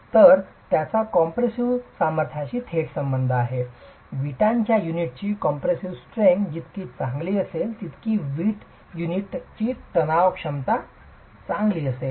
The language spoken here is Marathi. तर त्याचा कॉम्प्रेसिव्ह सामर्थ्याशी थेट संबंध आहे विटांच्या युनिटची कॉम्प्रेसिव्ह ताकद जितकी चांगली असेल तितकी वीट युनिटची ताणतणाव क्षमता असेल